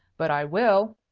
but i will!